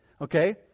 okay